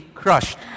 crushed